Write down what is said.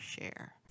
share